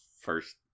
first